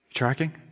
Tracking